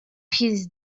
his